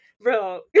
bro